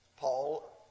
Paul